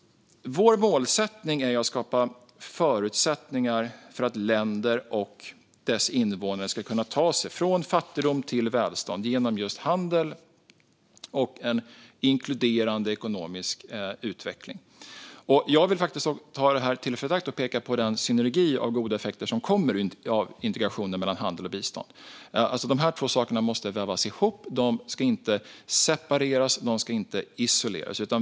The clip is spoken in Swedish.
Vår målsättning är att skapa förutsättningar för att länder och deras invånare ska kunna ta sig från fattigdom till välstånd genom just handel och en inkluderande ekonomisk utveckling. Jag vill ta tillfället i akt att peka på den synergi av goda effekter som kommer av integration mellan handel och bistånd. Dessa två saker måste vävas ihop; de ska inte separeras eller isoleras.